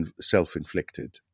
self-inflicted